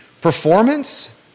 performance